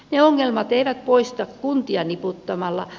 ne ongelmat eivät poistu kuntia niputtamalla